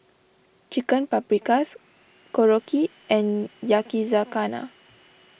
Chicken Paprikas Korokke and Yakizakana